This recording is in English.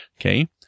Okay